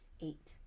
Eight